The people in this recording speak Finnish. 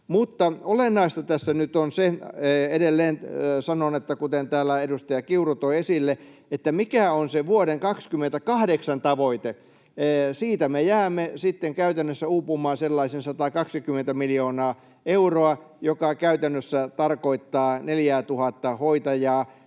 Olennaista tässä nyt on se — edelleen sanon, kuten täällä edustaja Kiuru toi esille — mikä on se vuoden 28 tavoite. Siitä me jäämme sitten käytännössä uupumaan sellaisen 120 miljoonaa euroa, joka käytännössä tarkoittaa 4 000 hoitajaa